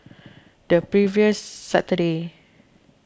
the previous Saturday